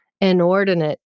inordinate